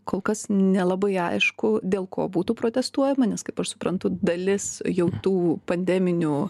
kol kas nelabai aišku dėl ko būtų protestuojama nes kaip aš suprantu dalis jau tų pandeminių